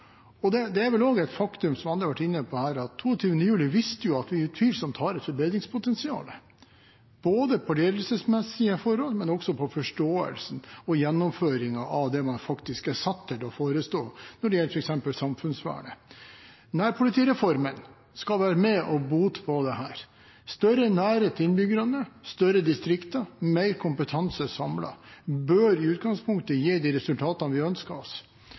Det er vel også et faktum – som andre har vært inne på her – at 22. juli 2011 viste at vi utvilsomt har et forbedringspotensial, både med tanke på ledelsesmessige forhold og med tanke på forståelsen for og gjennomføringen av det man er satt til å forestå når det gjelder f.eks. samfunnsvernet. Nærpolitireformen skal være med og bøte på dette. Større nærhet til innbyggerne, større distrikter og mer kompetanse samlet bør i utgangspunktet gi de resultatene vi ønsker oss.